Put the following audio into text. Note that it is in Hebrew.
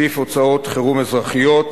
סעיף הוצאות חירום אזרחיות,